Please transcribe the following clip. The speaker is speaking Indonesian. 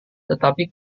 tetapi